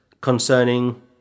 concerning